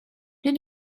did